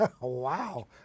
Wow